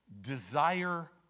desire